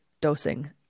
dosing